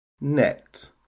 Net